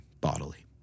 bodily